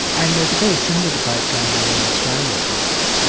and there's a very similar debate going on in australia at the moment.